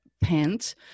pants